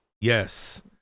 Yes